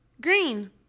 Green